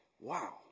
wow